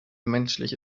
menschliche